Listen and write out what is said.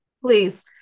please